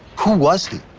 who was he?